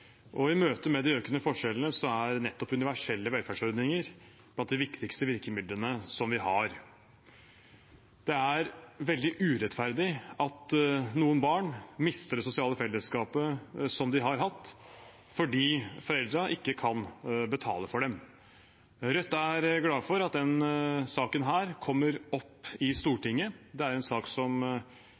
og i møte med de økende forskjellene er nettopp universelle velferdsordninger blant de viktigste virkemidlene vi har. Det er veldig urettferdig at noen barn mister det sosiale fellesskapet de har hatt, fordi foreldrene ikke kan betale for dem. Rødt er glad for at denne saken kommer opp i Stortinget. Det er en sak som